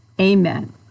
Amen